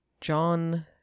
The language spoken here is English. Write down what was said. John